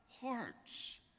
hearts